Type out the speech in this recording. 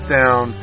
down